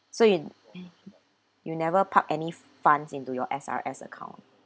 so in you never park any funds into your S_R_S account